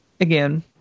Again